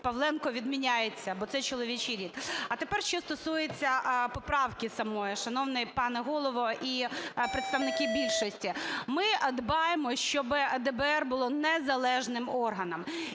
"Павленко" відмінюється, бо це чоловічий рід. А тепер що стосується поправки самої, шановний пане Голово і представники більшості. Ми дбаємо, щоб ДБР було незалежним органом,